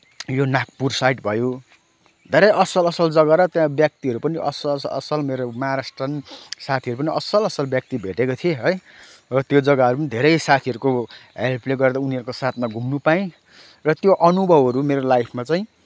यो नागपुर साइड भयो धेरै असल असल जग्गा र त्यहाँ व्यक्तिहरू पनि असल असल मेरो महाराष्ट्रन साथीहरू पनि असल असल व्यक्ति भेटेको थिएँ है र त्यो जग्गाहरू पनि धेरै साथीहरूको हेल्पले गर्दा उनीहरूको साथमा घुम्न पाएँ र त्यो अनुभवहरू मेरो लाइफमा चाहिँ